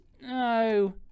no